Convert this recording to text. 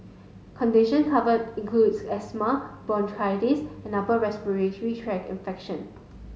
condition covered include asthma bronchitis and upper respiratory tract infection